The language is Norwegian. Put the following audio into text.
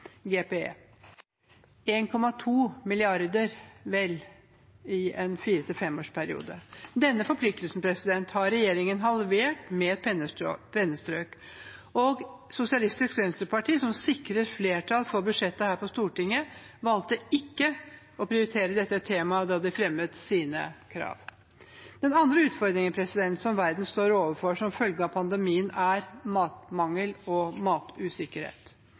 GPE – vel 1,2 mrd. kr i en 4–5-årsperiode. Denne forpliktelsen har regjeringen halvert med et pennestrøk, og Sosialistisk Venstreparti, som sikrer flertall for budsjettet her på Stortinget, valgte ikke å prioritere dette temaet da de fremmet sine krav. Den andre utfordringen verden står overfor som følge av pandemien, er matmangel og matusikkerhet.